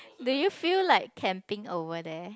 did you feel like camping over there